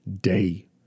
day